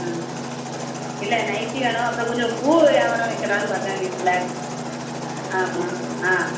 ஆ இல்லை நைட்டி வேணும் அப்புறம் கொஞ்சம் பூவு ஏவாரம் வைக்கலான்னு பார்க்கேன் வீட்டில் ஆமாம் ஆ